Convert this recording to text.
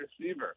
receiver